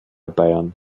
bayern